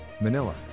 Manila